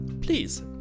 Please